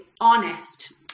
honest